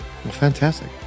fantastic